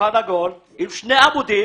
בשולחן עגול, עם שני עמודים,